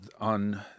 On